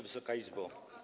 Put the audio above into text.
Wysoka Izbo!